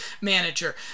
manager